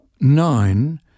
nine